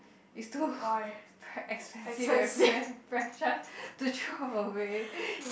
it's too expensive precious to throw away